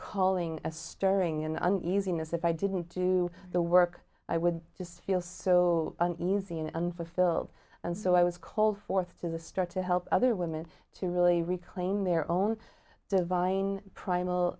calling a stirring an uneasiness if i didn't do the work i would just feel so uneasy and unfulfilled and so i was called forth to the store to help other women to really reclaim their own divine primal